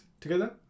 together